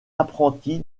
apprenti